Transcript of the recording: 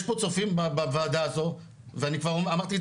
יש פה צופים בוועדה הזאת ואני כבר אמרתי את